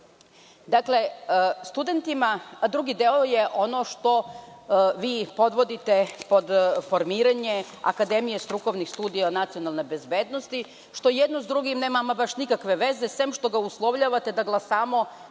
obrazovanje. Dakle, drugi deo je ono što vi podvodite pod formiranje akademije strukovnih studija nacionalne bezbednosti, jedno sa drugim nema nikakve veze, sem što uslovljavate da glasamo